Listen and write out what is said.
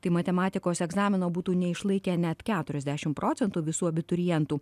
tai matematikos egzamino būtų neišlaikę net keturiasdešim procentų visų abiturientų